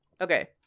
Okay